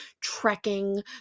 trekking